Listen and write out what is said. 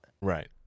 Right